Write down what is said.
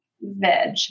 veg